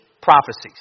prophecies